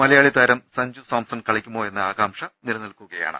മലയാളിതാരം സഞ്ജു സാംസൺ കളി ക്കുമോയെന്ന ആകാംക്ഷ നിലനിൽക്കുകയാണ്